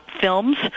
films